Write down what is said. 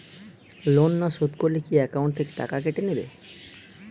Loan না শোধ করলে কি একাউন্ট থেকে টাকা কেটে নেবে?